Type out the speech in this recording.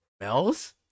Mel's